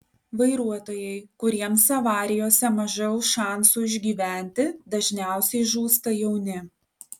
vairuotojai kuriems avarijose mažiau šansų išgyventi dažniausiai žūsta jauni